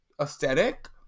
aesthetic